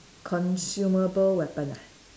consumable weapon ah